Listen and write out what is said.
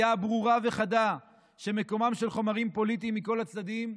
דעה ברורה וחדה שמקומם של חומרים פוליטיים מכל הצדדים,